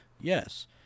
yes